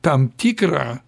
tam tikrą